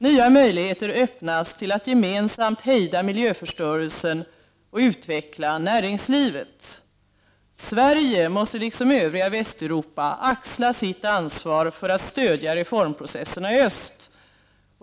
Nya möjligheter öppnas till att gemensamt hejda miljöförstörelsen och utveckla näringslivet. Sverige måste liksom övriga Västeuropa axla sitt ansvar för att stödja reformprocessen i öst.